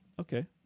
Okay